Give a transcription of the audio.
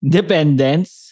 dependence